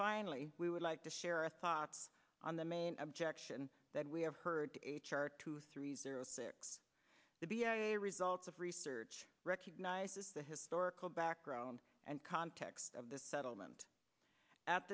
finally we would like to share our thoughts on the main objection that we have heard h r two three zero six to be a result of research recognizes the historical background and context of the settlement at